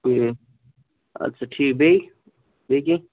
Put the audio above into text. اَدٕ سا ٹھیٖک بیٚیہِ بیٚیہِ کیٚنٛہہ